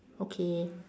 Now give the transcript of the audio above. okay